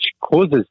causes